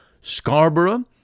Scarborough